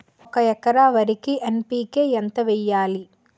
ఒక ఎకర వరికి N P K ఎంత వేయాలి?